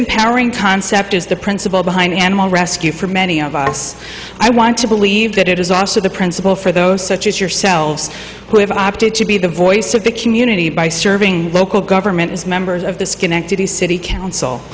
empowering concept is the principle behind animal rescue for many of us i want to believe that it is also the principle for those such as yourselves who have opted to be the voice of the community by serving local government as members of the schenectady city council